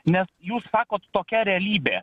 nes jūs sakot tokia realybė